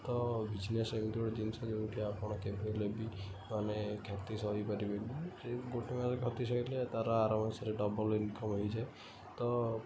ତ ବିଜନେସ୍ ଏଇସବୁ ଜିନିଷ ଯେଉଁଠି ଆପଣ କେବେ ହେଲେ ବି ଆମେ କ୍ଷତି ସହିପାରିବେନି ଗୋଟେ ମାସରେ କ୍ଷତି ସହିଥିଲେ ତା'ର ଆର ମାସରେ ଡବଲ୍ ଇନ୍କମ୍ ହେଇଯାଏ ତ